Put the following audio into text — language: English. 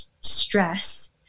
stress